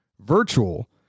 virtual